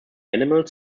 animals